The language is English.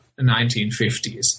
1950s